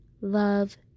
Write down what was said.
love